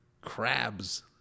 crabs